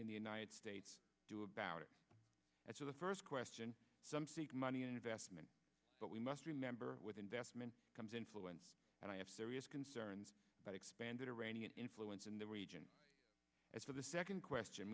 in the united states do about it as for the first question some seek money and investment but we must remember with investment comes influence and i have serious concerns about expanded iranian influence in the region as for the second question